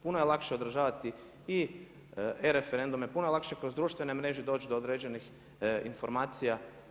Puno je lakše održavati i e-referendume, puno je lakše kroz društvene mreže doći do određenih informacija.